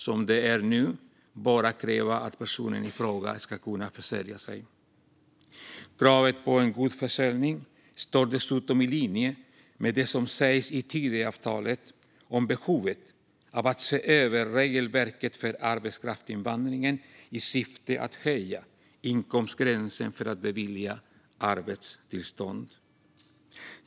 Som det är nu krävs bara att personen i fråga ska kunna försörja sig. Kravet på en god försörjning ligger dessutom i linje med det som står i Tidöavtalet om behovet av att se över regelverket för arbetskraftsinvandringen i syfte att höja inkomstgränsen för att bevilja arbetstillstånd.